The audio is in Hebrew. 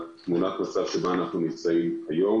אנחנו נמצאים היום.